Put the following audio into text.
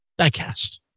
Diecast